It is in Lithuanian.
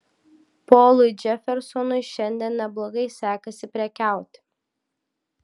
polui džefersonui šiandien neblogai sekasi prekiauti